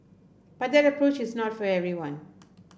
but that approach is not for everyone